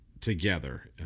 together